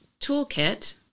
toolkit